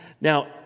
Now